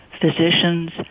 physicians